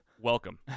Welcome